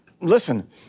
Listen